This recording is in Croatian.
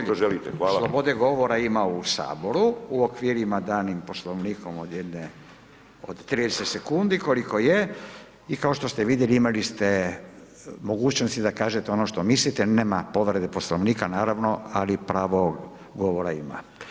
Gospodin Bulj, slobode govora ima u Saboru u okvirima danim Poslovnikom od jedne, od 30 sekundi koliko je i kao što ste vidjeli imali ste mogućnosti da kažete ono što mislite, nema povrede Poslovnika naravno ali pravo govora ima.